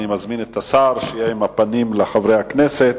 מזמין את השר שיהיה עם הפנים לחברי הכנסת.